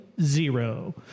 zero